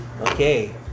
Okay